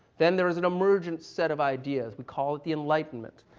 then there is an emergent set of ideas. we call it the enlightenment.